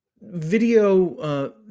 video